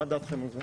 מה דעתכם על זה?